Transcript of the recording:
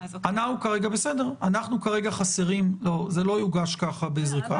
--- לא, זה לא יוגש ככה בזריקה.